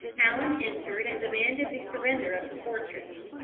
allen entered and demanded the surrender of the fortress.